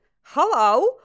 hello